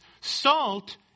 salt